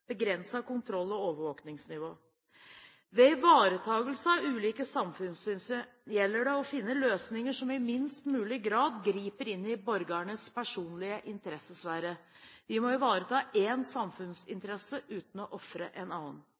begrenset kontroll- og overvåkingsnivå. Ved ivaretakelse av ulike samfunnshensyn gjelder det å finne løsninger som i minst mulig grad griper inn i borgernes personlige interessesfære. Vi må ivareta én samfunnsinteresse uten å ofre en annen.